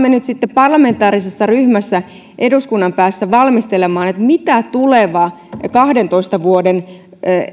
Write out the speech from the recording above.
me alamme nyt parlamentaarisessa ryhmässä eduskunnan päässä valmistelemaan sitä mitä tuleva kahdentoista vuoden